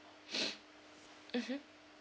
mmhmm